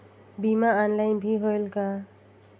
बीमा ऑनलाइन भी होयल का?